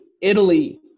Italy